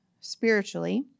spiritually